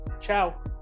Ciao